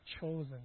chosen